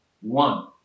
one